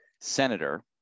senator